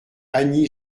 annie